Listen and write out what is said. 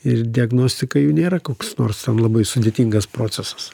ir diagnostika jų nėra koks nors ten labai sudėtingas procesas